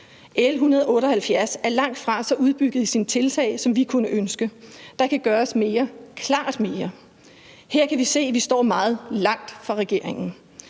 L 178 er langt fra så udbygget i sine tiltag , som vi kunne ønske. Der kan gøres mere, klart mere. Her kan vi se, at vi står meget langt fra regeringen.